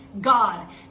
God